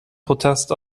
protest